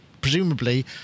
presumably